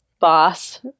boss